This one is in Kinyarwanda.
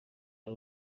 ari